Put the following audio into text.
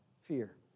fear